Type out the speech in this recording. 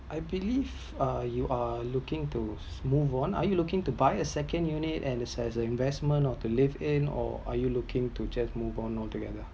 I believed ah you are looking to move on are you looking to buy a second unit and as a investment or to lift in or are you looking to just move on all together